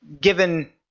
Given